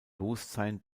bewusstsein